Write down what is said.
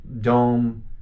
dome